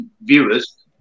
viewers